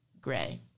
gray